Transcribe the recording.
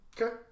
Okay